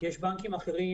יש בנקים אחרים